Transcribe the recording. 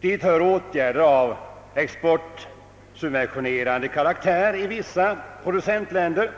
Dit hör åtgärder av exportsubventionerande karaktär i vissa producentländer